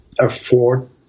afford